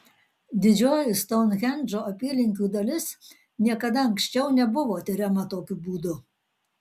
didžioji stounhendžo apylinkių dalis niekada anksčiau nebuvo tiriama tokiu būdu